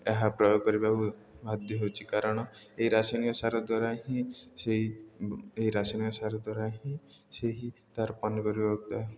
ଏହା ପ୍ରୟୋଗ କରିବାକୁ ବାଧ୍ୟ ହେଉଛି କାରଣ ଏହି ରାସାୟନିକ ସାର ଦ୍ୱାରା ହିଁ ସେଇ ଏହି ରାସାୟନିକ ସାର ଦ୍ୱାରା ହିଁ ସେହି ତା'ର ପନିପରିବା